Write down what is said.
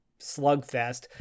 slugfest